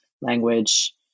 language